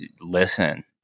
listen